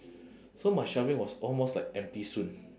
so my shelving was almost like empty soon